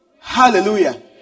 Hallelujah